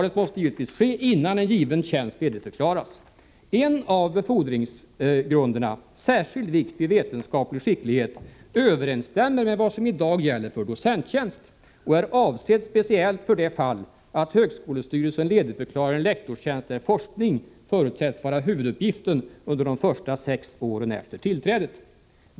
En av befordringsgrunderna, "särskild vikt vid vetenskaplig skicklighet”, överensstämmer med vad som i dag gäller för docenttjänst och är avsedd speciellt för det fall att högskolestyrelsen ledigförklarar en lektorstjänst där forskning förutsätts vara huvuduppgiften under de första sex åren efter tillträdet.